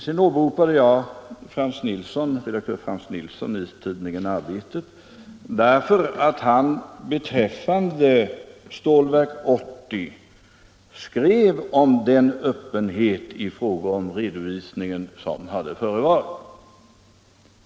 Sedan åberopade jag redaktör Frans Nilsson i tidningen Arbetet, därför att han beträffande Stålverk 80 skrev om den öppenhet i fråga om redovisningen som hade förevarit.